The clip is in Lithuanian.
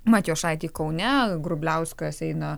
matijošaitį kaune grubliauskas eina